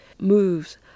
moves